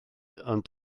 ond